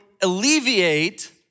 alleviate